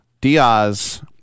Diaz